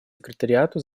секретариату